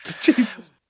Jesus